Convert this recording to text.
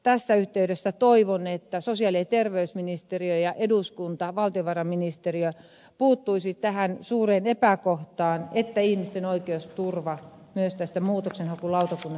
tässä yhteydessä toivon että sosiaali ja terveysministeriö eduskunta ja valtiovarainministeriö puuttuisivat tähän suureen epäkohtaan että ihmisten oikeusturva myös tässä muutoksenhakulautakunnassa toimisi